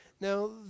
Now